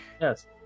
Yes